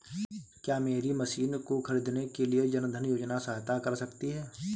क्या मेरी मशीन को ख़रीदने के लिए जन धन योजना सहायता कर सकती है?